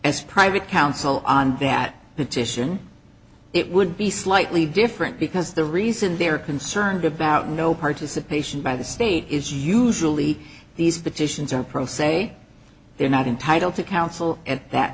as private counsel on that petition it would be slightly different because the reason they are concerned about no participation by the state is usually these petitions are pro se they're not entitled to counsel at that